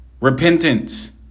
repentance